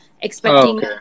expecting